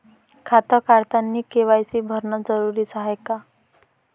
खातं काढतानी के.वाय.सी भरनं जरुरीच हाय का?